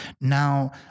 Now